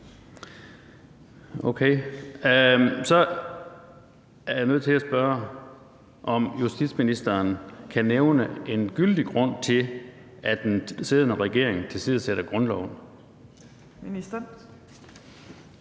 Okay. Så er jeg nødt til at spørge, om justitsministeren kan nævne en gyldig grund til, at den siddende regering tilsidesætter grundloven. Kl.